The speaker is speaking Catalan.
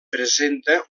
presenta